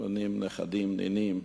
ילדים, נכדים ונינים,